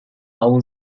aun